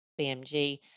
BMG